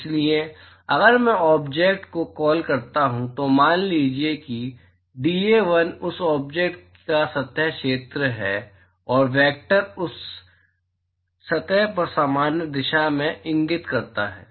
इसलिए अगर मैं ऑब्जेक्ट को कॉल करता हूं तो मान लें कि डीए 1 उस ऑब्जेक्ट का सतह क्षेत्र है और वेक्टर उस सतह पर सामान्य दिशा में इंगित करता है